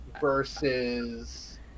versus